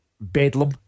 bedlam